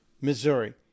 Missouri